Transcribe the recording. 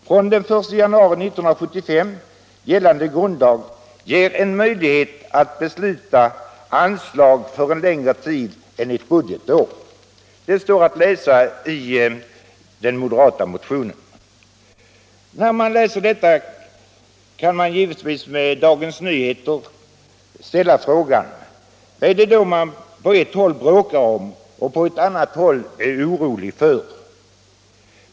Från den 1 januari 1975 gällande grundlag ger en möjlighet att besluta anslag för längre tid än ett budgetår.” Detta står alltså att läsa i den moderata motionen 246. När man läser detta kan man givetvis med Dagens Nyheter ställa frågan: Vad är det då man på ett håll bråkar om och på ett annat håll är orolig för?